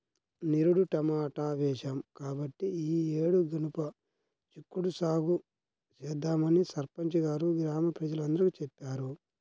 నిరుడు టమాటా వేశాం కాబట్టి ఈ యేడు గనుపు చిక్కుడు సాగు చేద్దామని సర్పంచి గారు గ్రామ ప్రజలందరికీ చెప్పారు